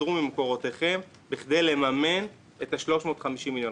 תסתדרו ממקורותיכם בכדי לממן את ה-350 מיליון.